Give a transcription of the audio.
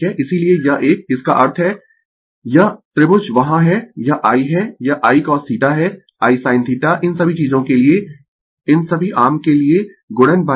इसीलिये यह एक इसका अर्थ है यह त्रिभुज वहां है यह I है यह I cosθ है I sin θ इन सभी चीजों के लिए इन सभी आर्म के लिए गुणन V